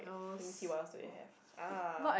let me see what else do they have ah